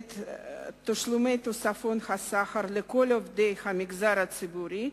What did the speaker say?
את תשלומי תוספות השכר לכל עובדי המגזר הציבורי,